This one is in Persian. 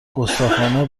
گستاخانه